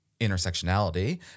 intersectionality